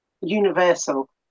universal